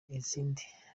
izindi